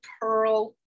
pearl